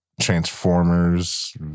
Transformers